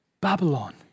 Babylon